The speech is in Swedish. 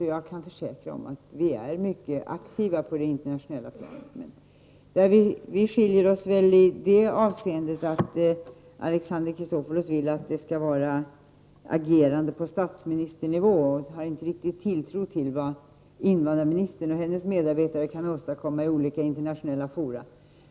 Men jag försäkrar att vi är mycket aktiva på det planet. I det avseendet är skillnaden kanske att Alexander Chrisopoulos vill ha ett agerande på statsministernivå. Han har inte riktigt tilltro till vad invandrarministern och hennes medarbetare kan åstadkomma i olika internationella fora.